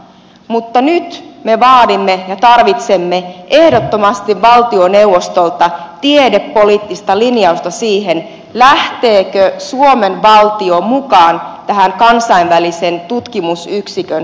mutta nyt me vaadimme ja tarvitsemme ehdottomasti valtioneuvostolta tiedepoliittista linjausta siihen lähteekö suomen valtio mukaan tähän kansainvälisen tutkimusyksikön rahoittamiseen